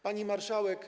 Pani Marszałek!